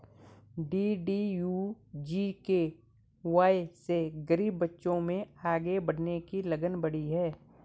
DDU GKY से गरीब बच्चों में आगे बढ़ने की लगन बढ़ी है